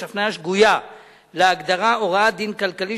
יש הפניה שגויה להגדרה "הוראת דין כלכלי"